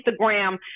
Instagram